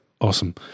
Awesome